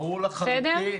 ברור לחלוטין.